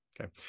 okay